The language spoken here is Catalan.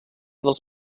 dels